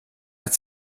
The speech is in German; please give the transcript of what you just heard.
hat